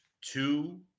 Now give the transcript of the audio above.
two